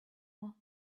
more